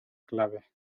clave